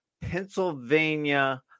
Pennsylvania